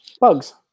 Bugs